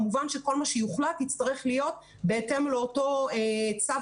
כמובן שכל מה שיוחלט יצטרך להיות בהתאם לאותו צו